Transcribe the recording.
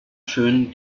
schön